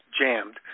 jammed